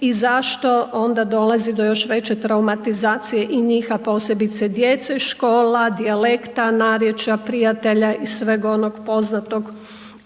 i zašto onda dolazi do još veće traumatizacije i njih a posebice djece, škola, dijalekta, narječja, prijatelja i sveg onog poznatog